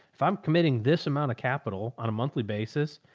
if i'm committing this amount of capital on a monthly basis,